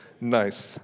Nice